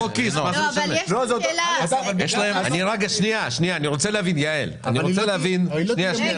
אני רוצה להבין מה